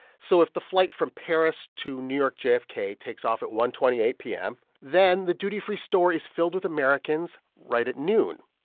so if the flight from paris to new york jfk takes off at one twenty eight p m, then the duty-free store is filled with americans right at noon,